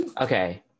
Okay